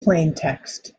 plaintext